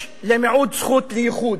יש למיעוט זכות לייחוד.